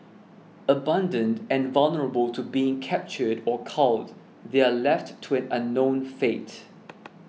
abandoned and vulnerable to being captured or culled they are left to an unknown fate